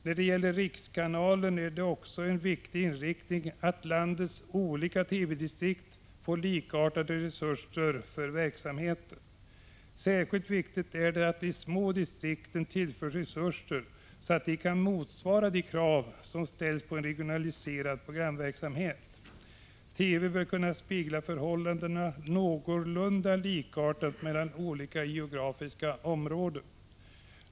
När det gäller rikskanalen är det en viktig inriktning att landets olika TV-distrikt får likartade resurser för verksamheten. Särskilt viktigt är det att de små distrikten tillförs resurser så att de kan motsvara de krav som ställs på en regionaliserad programverksamhet. TV bör kunna spegla förhållandena någorlunda likartat mellan olika geografiska områden.